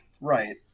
right